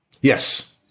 Yes